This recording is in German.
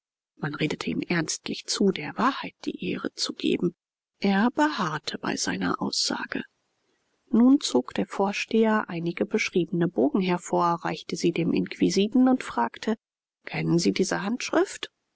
man redete ihm ernstlich zu der wahrheit die ehre zu geben er beharrte bei seiner aussage nun zog der vorsteher einige beschriebene bogen hervor reichte sie dem inquisiten und fragte kennen sie diese handschrift